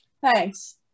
thanks